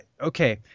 okay